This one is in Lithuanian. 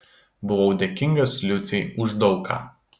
buvau dėkingas liucei už daug ką